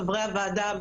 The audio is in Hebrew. חברי הוועדה,